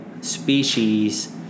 species